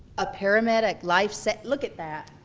a paramedic. life save, look at that.